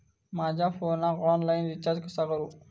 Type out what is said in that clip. माझ्या फोनाक online recharge कसा करू?